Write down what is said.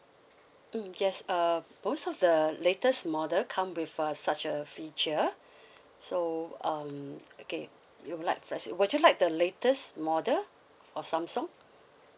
mm yes uh most of the latest model come with uh such a feature so um okay you would like first would you like the latest model of samsung